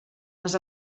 les